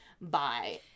Bye